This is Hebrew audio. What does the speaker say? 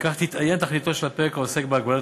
וכך תתאיין תכליתו של הפרק העוסק בהגבלת